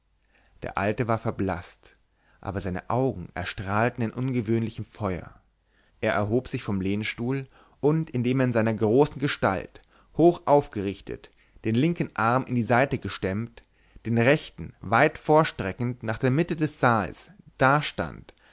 der alte war verblaßt aber seine augen erstrahlten in ungewöhnlichem feuer er erhob sich vom lehnstuhl und indem er in seiner großen gestalt hochaufgerichtet den linken arm in die seite gestemmt den rechten weit vorstreckend nach der mitte des saals dastand